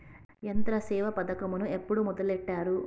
యంత్రసేవ పథకమును ఎప్పుడు మొదలెట్టారు?